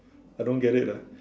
I don't get it lah